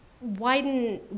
widen